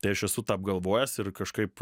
tai aš esu tą apgalvojęs ir kažkaip